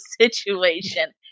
situation